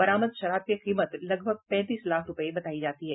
बरामद शराब की कीमत लगभग पैंतीस लाख रूपये बतायी जाती है